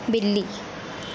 बिल्ली